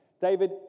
David